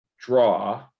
Draw